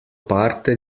parte